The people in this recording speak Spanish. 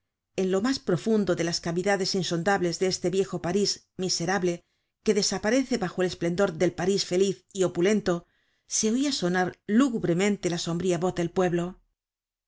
en lo mas profundo de las cavidades insondables de ese viejo parís miserable que desaparece bajo el esplendor del parís feliz y opulento se oia sonar lúgubremente la sombría voz del pueblo